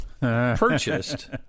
purchased